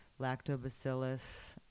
lactobacillus